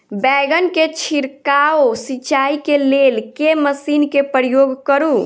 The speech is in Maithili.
बैंगन केँ छिड़काव सिचाई केँ लेल केँ मशीन केँ प्रयोग करू?